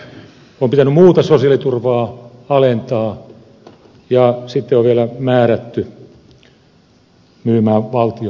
on pitänyt muuta sosiaaliturvaa alentaa ja sitten on vielä määrätty myymään valtion omaisuutta